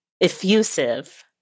effusive